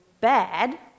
bad